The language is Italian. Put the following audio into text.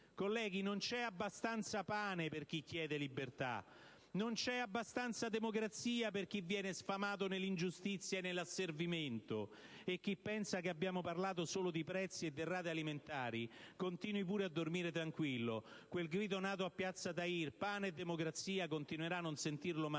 Colleghi, non c'è abbastanza pane per chi chiede libertà, non c'è abbastanza democrazia per chi viene sfamato nell'ingiustizia e nell'asservimento, e chi pensa che abbiamo parlato solo di prezzi e derrate alimentari continui pure a dormire tranquillo, quel grido nato a piazza Tahir, «Pane e democrazia!», continuerà a non sentirlo mai